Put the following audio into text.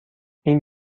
این